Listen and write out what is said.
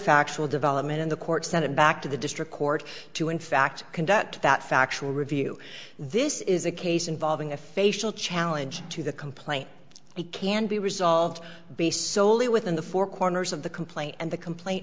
factual development in the court sent it back to the district court to in fact conduct that factual review this is a case involving a facial challenge to the complaint they can be resolved based soley within the four corners of the complaint and the complaint